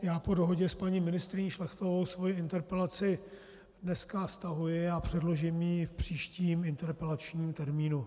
Já po dohodě s paní ministryní Šlechtovou svou interpelaci dneska stahuji a předložím ji v příštím interpelačním termínu.